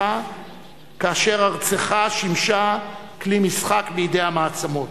כאשר ארצך שימשה כלי משחק בידי מעצמות.